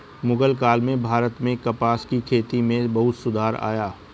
मुग़ल काल में भारत में कपास की खेती में बहुत सुधार आया